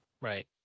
Right